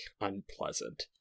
unpleasant